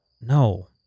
No